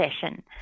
session